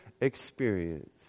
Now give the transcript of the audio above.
experience